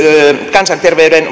kansanterveyden